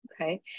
Okay